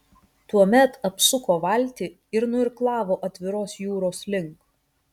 tuomet apsuko valtį ir nuirklavo atviros jūros link